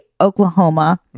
Oklahoma